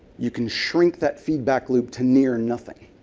you can shrink that feedback loop to near nothing.